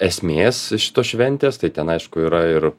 esmės šitos šventės tai ten aišku yra ir